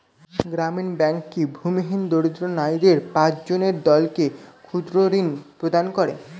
গ্রামীণ ব্যাংক কি ভূমিহীন দরিদ্র নারীদের পাঁচজনের দলকে ক্ষুদ্রঋণ প্রদান করে?